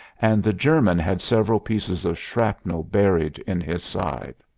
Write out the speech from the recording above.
and the german had several pieces of shrapnel buried in his side.